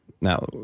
now